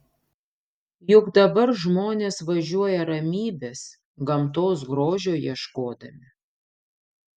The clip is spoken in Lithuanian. juk dabar žmonės važiuoja ramybės gamtos grožio ieškodami